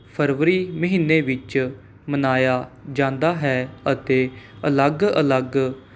ਫ਼ਰਵਰੀ ਮਹੀਨੇ ਵਿੱਚ ਮਨਾਇਆ ਜਾਂਦਾ ਹੈ ਅਤੇ ਅਲੱਗ ਅਲੱਗ